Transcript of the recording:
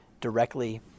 directly